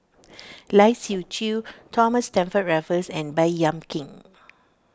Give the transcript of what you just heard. Lai Siu Chiu Thomas Stamford Raffles and Baey Yam Keng